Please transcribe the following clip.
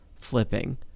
flipping